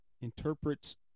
interprets